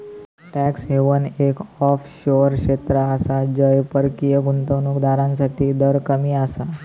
tax haven एक offshore क्षेत्र आसा जय परकीय गुंतवणूक दारांसाठी दर कमी आसा